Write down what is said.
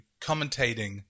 commentating